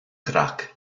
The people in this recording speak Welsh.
grac